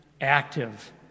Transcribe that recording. active